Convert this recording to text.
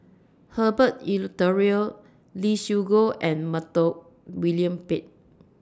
Herbert Eleuterio Lee Siew Choh and Montague William Pett